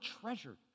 treasured